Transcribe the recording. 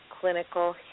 clinical